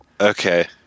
Okay